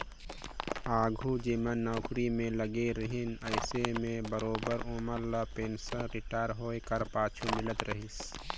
आघु जेमन नउकरी में लगे रहिन अइसे में बरोबेर ओमन ल पेंसन रिटायर होए कर पाछू मिलत रहिस